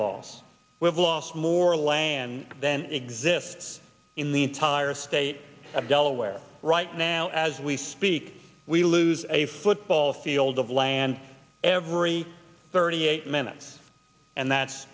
loss we've lost more land than exists in the entire state of delaware right now as we speak we lose a football field of land every thirty eight minutes and that's